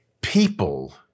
people